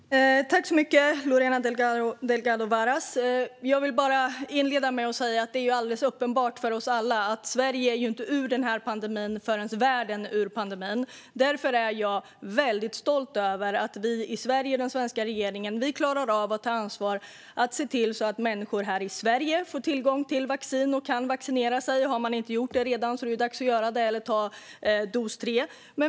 Fru talman! Tack så mycket, Lorena Delgado Varas! Inledningsvis vill jag säga att det är alldeles uppenbart för oss alla att Sverige inte har kommit ur pandemin förrän världen har kommit ur den. Därför är jag väldigt stolt över att vi i Sverige och den svenska regeringen klarar av att ta ansvar så att människor här i Sverige får tillgång till vaccin och kan vaccinera sig. Om man inte redan har gjort det är det dags att göra det nu eller ta dos 3.